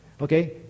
okay